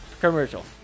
commercial